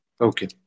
Okay